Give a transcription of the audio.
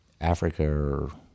Africa